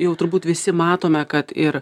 jau turbūt visi matome kad ir